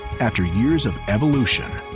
after years of evolution,